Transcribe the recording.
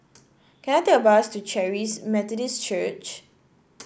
can I take a bus to Charis Methodist Church